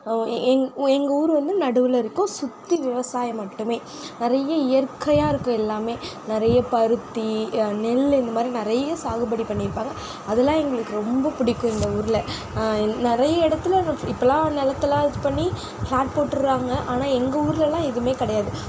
எங் எங்கள் ஊர் வந்து நடுவில் இருக்கும் சுற்றி விவசாயம் மட்டும் நிறைய இயற்கையாக இருக்கும் எல்லாம் நிறைய பருத்தி நெல் இந்த மாதிரி நிறைய சாகுபடி பண்ணிருப்பாங்க அதுலாம் எங்களுக்கு ரொம்ப பிடிக்கும் இந்த ஊரில் நிறைய இடத்துல இப்பலாம் நிலத்தைலான் இது பண்ணி ஃபிளாட் போட்டுறாங்க ஆனால் எங்கள் ஊரில்லான் எதுவுமே கிடையாது